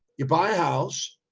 you buy a house.